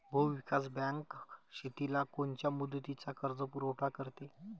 भूविकास बँक शेतीला कोनच्या मुदतीचा कर्जपुरवठा करते?